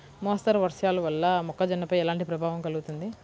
మోస్తరు వర్షాలు వల్ల మొక్కజొన్నపై ఎలాంటి ప్రభావం కలుగుతుంది?